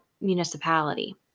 municipality